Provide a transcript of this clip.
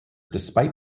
despite